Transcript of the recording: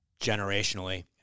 generationally